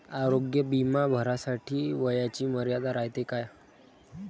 आरोग्य बिमा भरासाठी वयाची मर्यादा रायते काय?